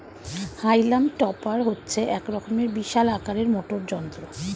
হাইলাম টপার হচ্ছে এক রকমের বিশাল আকারের মোটর যন্ত্র